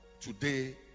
today